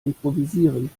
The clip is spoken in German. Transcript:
improvisieren